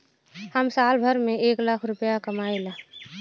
हम साल भर में एक लाख रूपया कमाई ला